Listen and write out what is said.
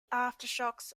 aftershocks